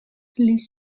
ließ